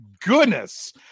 goodness